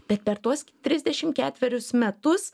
bet per tuos trisdešimt ketverius metus